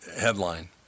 headline